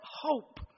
hope